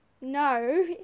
no